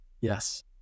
Yes